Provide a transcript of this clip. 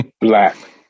black